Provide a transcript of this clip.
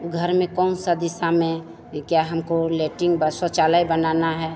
घर में कौन सा दिशा में क्या हमको लैट्रिन शौचालय बनाना है